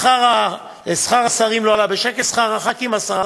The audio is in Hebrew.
שכר חברי הכנסת,